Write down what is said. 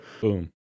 Boom